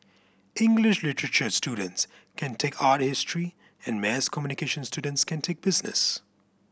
English literature students can take art history and mass communication students can take business